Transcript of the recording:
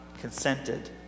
consented